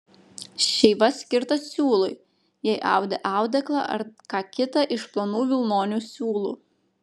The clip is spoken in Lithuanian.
šeiva skirta siūlui jei audi audeklą ar ką kita iš plonų vilnonių siūlų